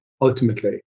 ultimately